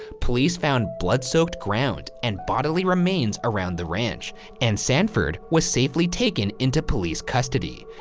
police found blood soaked ground and bodily remains around the ranch and sanford was safely taken into police custody.